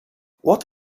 what